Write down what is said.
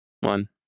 One